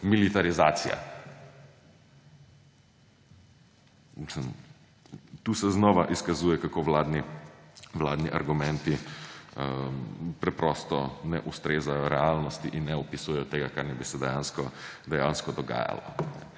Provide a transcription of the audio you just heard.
militarizacija!? Mislim … Tu se znova izkazuje, kako vladni argumenti preprosto ne ustrezajo realnosti in ne opisujejo tega, kar naj bi se dejansko dogajalo.